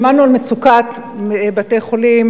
שמענו על מצוקת בתי-חולים,